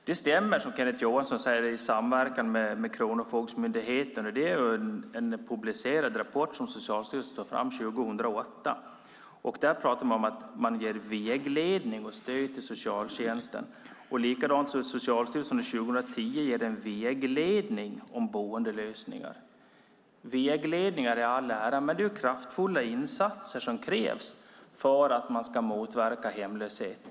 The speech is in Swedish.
Det stämmer som Kenneth Johansson säger att det sker en samverkan med Kronofogdemyndigheten. Det finns en publicerad rapport som Socialstyrelsen tog fram 2008. Där talar man om att man ger vägledning och stöd till socialtjänsten. På samma sätt har Socialstyrelsen 2010 tagit fram en vägledning om boendelösningar. Vägledningar i all ära, men det är kraftfulla insatser som krävs för att motverka hemlösheten.